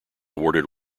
awarded